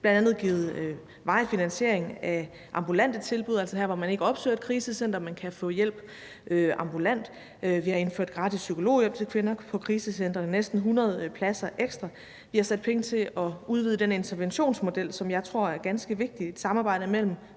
Bl.a. har vi givet varig finansiering af ambulante tilbud, altså der, hvor man ikke opsøger et krisecenter, men hvor man kan få hjælp ambulant; vi har indført gratis psykologhjælp til kvinder på krisecentre – næsten 100 ekstra pladser; vi har afsat penge til at udvide den interventionsmodel, som jeg tror er ganske vigtig, og som er et samarbejde mellem